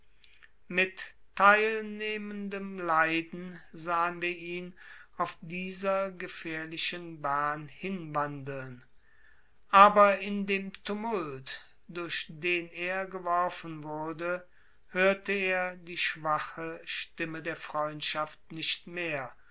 mit teilnehmendem leiden sahen wir ihn auf dieser gefährlichen bahn hinwandeln aber in dem tumult durch den er geworfen wurde hörte er die schwache stimme der freundschaft nicht mehr